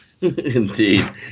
Indeed